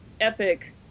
epic